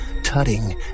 tutting